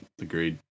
Agreed